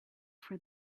for